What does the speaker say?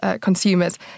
consumers